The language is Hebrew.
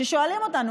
שואלים אותנו,